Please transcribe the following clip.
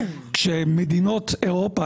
כשמדינות אירופה,